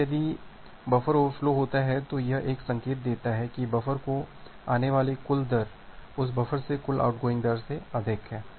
अब यदि buffer overflow होता है तो यह एक संकेत देता है कि बफर को आने वाली कुल दर उस बफर से कुल आउटगोइंग दर से अधिक है